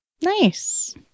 Nice